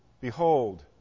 Behold